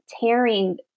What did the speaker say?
tearing